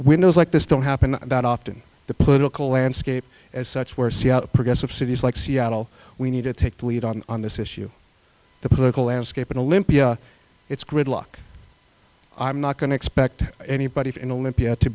windows like this don't happen that often the political landscape as such where see out progressive cities like seattle we need to take the lead on this issue the political landscape in olympia it's gridlock i'm not going to expect anybody in olympia to